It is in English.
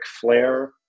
flair